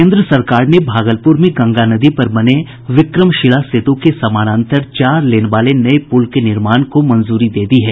केंद्र सरकार ने भागलपुर में गंगा नदी पर बने विक्रमशिला सेतु के समानांतर चार लेन वाले नये पूल के निर्माण को मंजूरी दे दी है